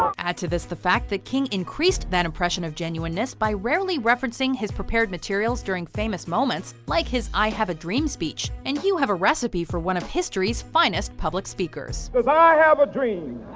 add to this the fact that king increased that impression of genuineness by rarely referencing his prepared materials during famous moments like his i have a dream speech, and you have a recipe for one of history's finest public speakers. cause i have a dream,